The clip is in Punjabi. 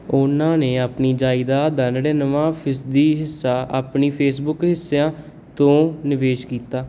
ਉਨ੍ਹਾਂ ਨੇ ਆਪਣੀ ਜਾਇਦਾਦ ਦਾ ਨੜਿੱਨਵੇਂ ਫੀਸਦੀ ਹਿੱਸਾ ਆਪਣੇ ਫੇਸਬੁੱਕ ਹਿੱਸਿਆਂ ਤੋਂ ਨਿਵੇਸ਼ ਕੀਤਾ